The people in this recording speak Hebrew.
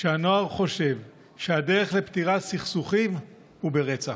שהנוער חושב שהדרך לפתירת סכסוכים היא רצח.